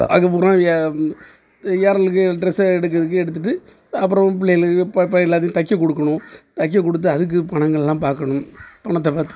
அதுக்கப்புறம் இங்கே ஏஆர்எல்லுக்கு ட்ரெஸ் எடுக்கிறதுக்கு எடுத்துகிட்டு அப்புறம் பிள்ளைகளுக்கு பாப்பா எல்லாத்துக்கும் தைக்க கொடுக்கணும் தைக்க கொடுத்து அதுக்கு பணங்கள் எல்லாம் பார்க்கணும் பணத்தை பார்த்து